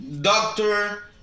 doctor